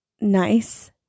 nice